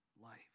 life